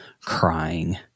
crying